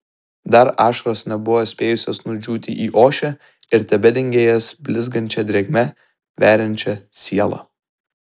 dar ašaros nebuvo spėjusios nudžiūti į ošę ir tebedengė jas blizgančia drėgme veriančia sielą